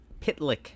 Pitlick